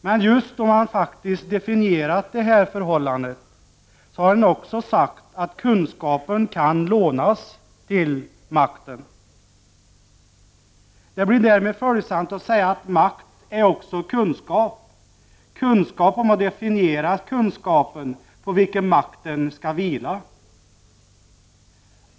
Men när man definierat det här förhållandet har man också sagt att kunskapen kan lånas till makten. Det blir därmed följdriktigt att säga att makt också är kunskap — kunskap om att definiera den kunskap på vilken makten skall vila.